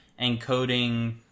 encoding